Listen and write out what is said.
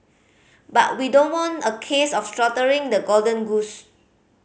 but we don't want a case of slaughtering the golden goose